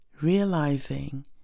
Realizing